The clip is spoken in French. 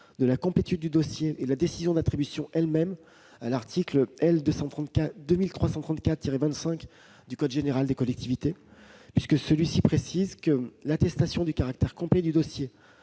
de la complétude du dossier et la décision d'attribution elle-même à l'article R. 2334-25 du code général des collectivités territoriales. En effet, il y est précisé que « l'attestation du caractère complet du dossier